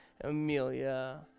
Amelia